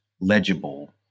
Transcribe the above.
legible